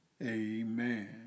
Amen